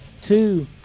two